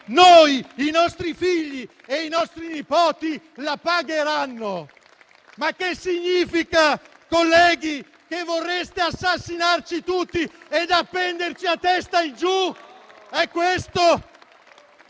noi, i nostri figli e i nostri nipoti la pagheremo! Ma che significa, colleghi, che vorreste assassinarci tutti e appenderci a testa in giù? È questo?